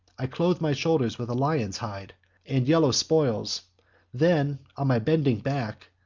i clothe my shoulders with a lion's hide and yellow spoils then, on my bending back,